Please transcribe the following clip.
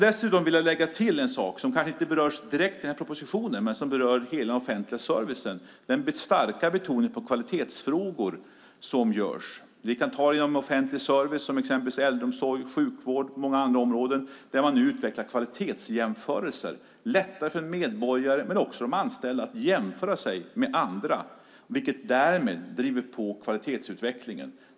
Dessutom vill jag lägga till en sak som kanske inte berörs direkt i denna proposition men som berör hela den offentliga servicen, nämligen den starka betoningen på kvalitetsfrågor som görs. Som exempel på offentlig service kan jag nämna äldreomsorg, sjukvård och många andra områden där man nu utvecklar kvalitetsjämförelser. Det blir lättare för medborgare, men också för anställda, att jämföra sig med andra, vilket därmed driver på kvalitetsutvecklingen.